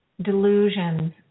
delusions